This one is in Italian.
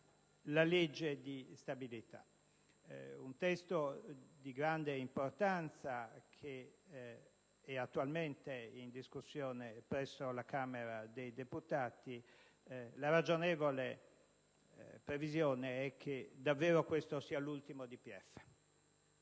la legge di stabilità, un testo di grande importanza attualmente in discussione presso la Camera dei deputati. La ragionevole previsione è che davvero questo sia l'ultimo DPEF.